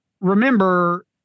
remember